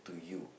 to you